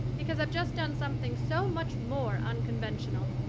because i've just done something so much more unconventional.